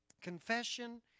Confession